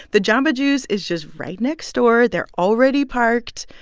the jamba juice is just right next door. they're already parked.